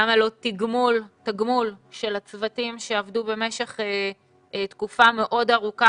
למה לא תגמול של הצוותים שעבדו במשך תקופה מאוד ארוכה,